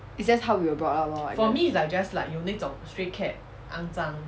it's just how you were brought up lor I guess